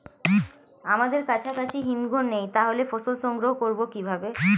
আমাদের কাছাকাছি হিমঘর নেই তাহলে ফসল সংগ্রহ করবো কিভাবে?